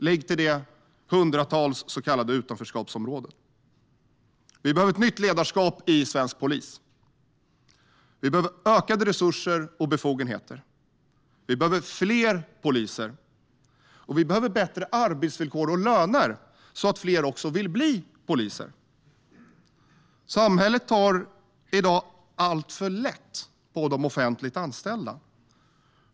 Lägg till de hundratals så kallade utanförskapsområdena. Vi behöver ett nytt ledarskap i svensk polis. Vi behöver ökade resurser och befogenheter. Vi behöver fler poliser, och vi behöver bättre arbetsvillkor och löner så att fler också vill bli poliser. Samhället tar i dag alltför lätt på de offentligt anställda.